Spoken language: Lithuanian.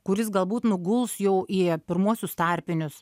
kuris galbūt nuguls jau į pirmuosius tarpinius